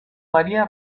maría